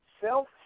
self